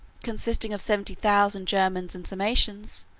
consisting of seventy thousand germans and sarmatians,